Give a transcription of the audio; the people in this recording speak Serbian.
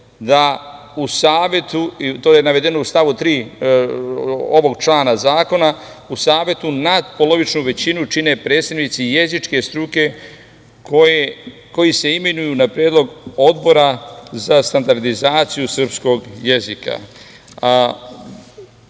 da u Savetu, to je navedeno u stavu 3. ovog člana zakona, nadpolovičnu većinu čine predstavnici jezičke struke koji se imenuju na predlog Odbora za standardizaciju srpskog jezika.